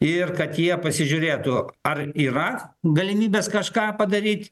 ir kad jie pasižiūrėtų ar yra galimybės kažką padaryt